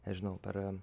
nežinau per